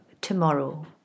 tomorrow